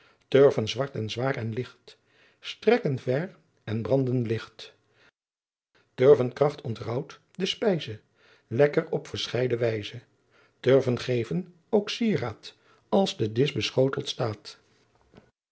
turven zwart en zwaar en ligt strekken ver en branden licht turvenkracht ontraauwt de fpijze lekker op verscheide wijze turven geven ook sieraad als de disch beschoteld staat